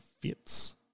fits